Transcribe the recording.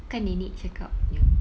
kan nenek cakap yang